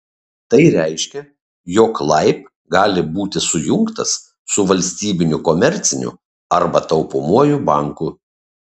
tai reiškia jog laib gali būti sujungtas su valstybiniu komerciniu arba taupomuoju banku